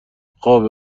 خوب